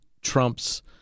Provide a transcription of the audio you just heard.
Trump's